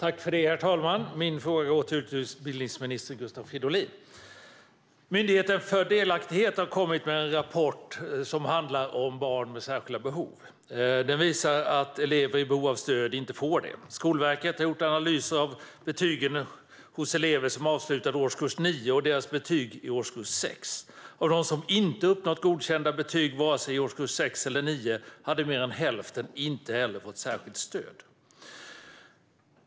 Herr talman! Min fråga går till utbildningsminister Gustav Fridolin. Myndigheten för delaktighet har kommit med en rapport som handlar om barn med särskilda behov. Den visar att elever i behov av stöd inte får det. Skolverket har gjort analyser av betygen hos elever som avslutade årskurs 9 och deras betyg i årskurs 6. Av dem som inte uppnått godkända betyg vare sig i årskurs 6 eller 9 hade mer än hälften inte heller fått särskilt stöd.